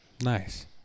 Nice